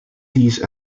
these